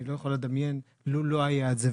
היא לא יכולה לדמיין לו לא היה את זה.